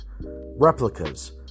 replicas